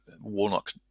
Warnock